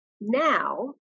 Now